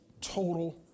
total